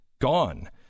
gone